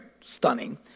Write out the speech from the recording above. stunning